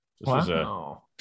Wow